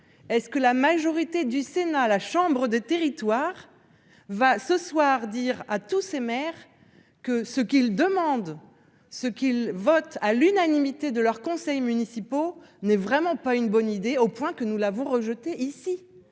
est-ce que la majorité du Sénat, la chambre des territoires va ce soir dire à tous ces maires que ce qu'ils demandent ce qu'ils votent à l'unanimité de leurs conseils municipaux n'est vraiment pas une bonne idée. Au point que nous là vous rejetez ici.